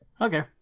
Okay